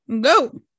Go